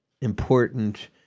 important